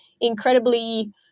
incredibly